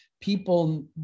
people